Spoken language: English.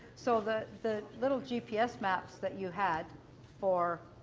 so the the little gps maps that you had for